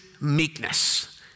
meekness